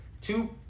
two